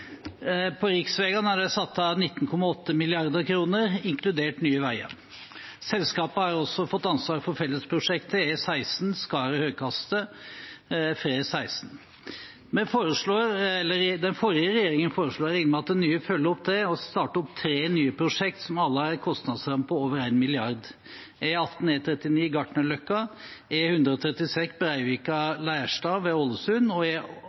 er det satt av 19,8 mrd. kr, inkludert Nye Veier. Selskapet har også fått ansvaret for fellesprosjektet E16 Skaret–Høgkastet. Den forrige regjeringen foreslo – og jeg regner med at den nye følger det opp – å starte tre nye prosjekter som alle har en kostnadsramme på over 1 mrd. kr: E18/E39 Gartnerløkka–Kolsdalen, E136 Breivika–Lerstad ved Ålesund og E8 Sørbotn–Laukslett, innfartsveien til Tromsø. Det er